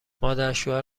مادرشوهر